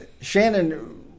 Shannon